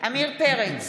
עמיר פרץ,